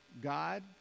God